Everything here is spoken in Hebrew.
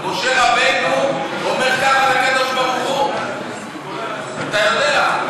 משה רבנו אומר כך לקדוש ברוך הוא, אתה יודע.